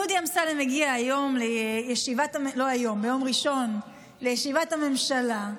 דודי אמסלם הגיע ביום ראשון לישיבת הממשלה,